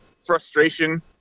Frustration